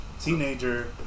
teenager